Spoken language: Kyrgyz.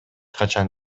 качан